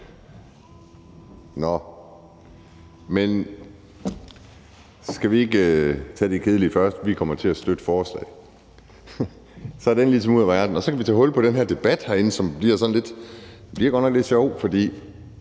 for det. Skal vi ikke tage det kedelige først? Vi kommer til at støtte forslaget. Så er det ligesom ude af verden, og så kan vi tage hul på den her debat herinde, som godt nok bliver sådan lidt